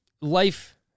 life